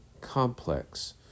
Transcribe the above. complex